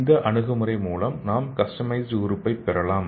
இந்த அணுகுமுறை மூலம் நாம் கஸ்டமைஸ்ட் உறுப்பை பெறலாம்